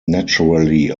naturally